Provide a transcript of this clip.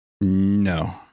No